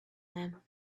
them